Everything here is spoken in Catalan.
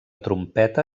trompeta